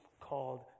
called